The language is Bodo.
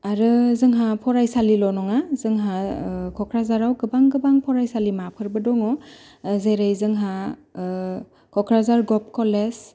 आरो जोंहा फरायसालिल' नङा जोंहा क'क्राझाराव गोबां गोबां फरायसालिमा फोरबो दङ जेरै जोंहा क'क्राझार गभ कलेज